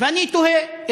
ואני תוהה,